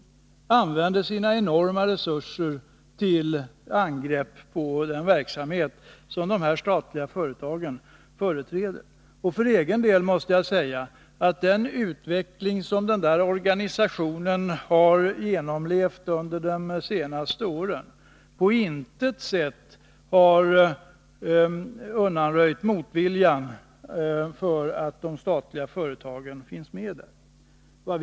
Den använder sina enorma resurser till angrepp mot den verksamhet som dessa statliga företag företräder. Den utveckling som denna organisation har genomlevt under de senaste åren har på intet sätt undanröjt motviljan mot att de statliga företagen finns med där.